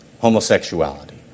homosexuality